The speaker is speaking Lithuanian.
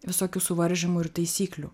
visokių suvaržymų ir taisyklių